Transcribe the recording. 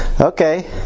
Okay